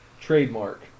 Trademark